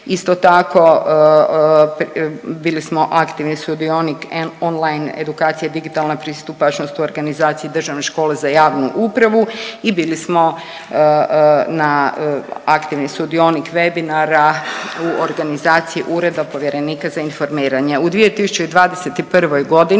isto tako bili smo aktivni sudionik … on line edukacije „Digitalna pristupačnost u organizaciji Državne škole za javnu upravu“ i bili smo na aktivni sudionik webinara u organizaciji Ureda Povjerenika za informiranje. U 2021.g.